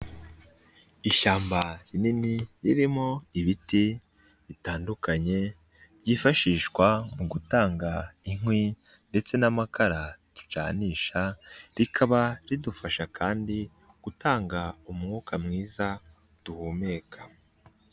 Ishyamba rinini ririmo ibiti bitandukanye byifashishwa mu gutanga inkwi ndetse n'amakara ducanisha rikaba ridufasha kandi gutanga umwuka mwiza duhumeka.